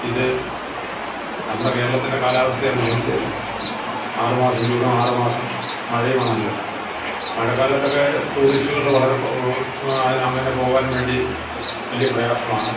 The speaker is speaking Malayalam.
ഇത് നമ്മുടെ കേരളത്തിൻ്റെ കാലാവസ്ഥയനുസരിച്ച് ആറ് മാസം ചൂടും ആറ് മാസം മഴയുമാണല്ലോ മഴക്കാലത്തക്കെ ടൂറിസ്റ്റുകൾ വളരെ കുറവ് അങ്ങനെ പോകാൻ വേണ്ടി വലിയ പ്രയാസമാണ്